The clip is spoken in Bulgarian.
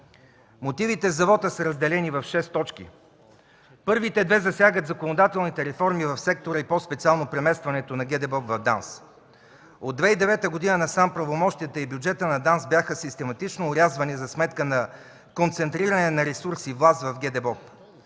Мотивите за вота са разделени в шест точки. Първите две засягат законодателните реформи в сектора и по-специално преместването на ГДБОП в ДАНС. От 2009 г. насам правомощията и бюджетът на ДАНС бяха систематично орязвани за сметка на концентриране на ресурс и власт в ГДБОП.